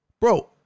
Bro